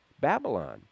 Babylon